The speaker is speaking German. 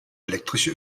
elektrische